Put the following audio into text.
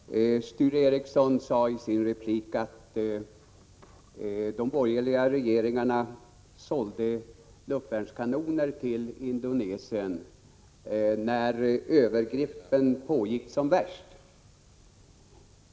Herr talman! Sture Ericson sade i sin replik att de borgerliga regeringarna sålde luftvärnskanoner till Indonesien när övergreppen pågick som värst.